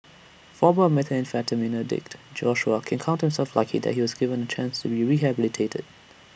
former methamphetamine addict Joshua can count himself lucky that he was given A chance to be rehabilitated